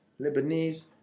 Lebanese